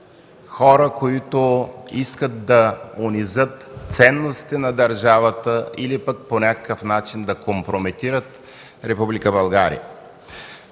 хора, които искат да унизят ценностите на държавата или по някакъв начин да компрометират Република България.